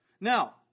Now